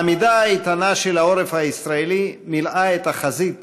העמידה האיתנה של העורף הישראלי מילאה את החזית